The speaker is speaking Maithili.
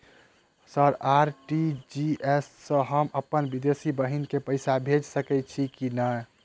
सर आर.टी.जी.एस सँ हम अप्पन विदेशी बहिन केँ पैसा भेजि सकै छियै की नै?